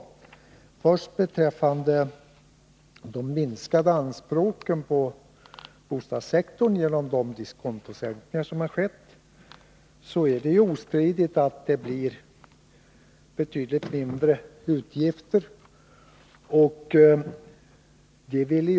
Vad först beträffar de minskningar som skett i anspråken på räntebidrag är det ostridigt att detta innebär betydligt mindre utgifter för bostadsdepartementet.